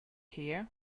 here